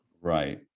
right